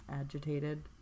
agitated